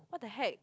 what the heck